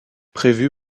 prévue